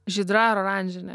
žydra ar oranžinė